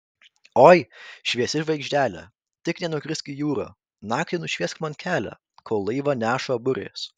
oi šviesi žvaigždele tik nenukrisk į jūrą naktį nušviesk man kelią kol laivą neša burės